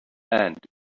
and